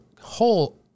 whole